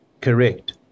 correct